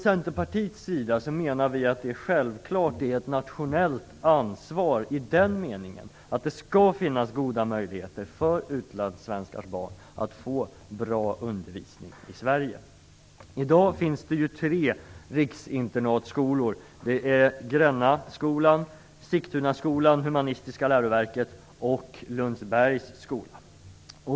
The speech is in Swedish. Centerpartiet menar att detta självklart är ett nationellt ansvar i den meningen att det skall finnas goda möjligheter för utlandssvenskars barn att få bra undervisning i Sverige. I dag finns det tre riksinternatskolor. Det är Grännaskolan, Humanistiska läroverket i Sigtuna och Lundsbergs skola.